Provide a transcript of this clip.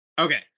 Okay